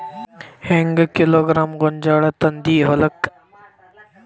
ಹೆಂಗ್ ಕಿಲೋಗ್ರಾಂ ಗೋಂಜಾಳ ತಂದಿ ಹೊಲಕ್ಕ?